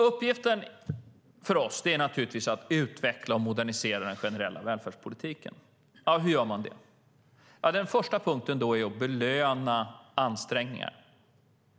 Uppgiften för oss är givetvis att utveckla och modernisera den generella välfärdspolitiken. Hur gör man det? Den första punkten är att belöna ansträngningar.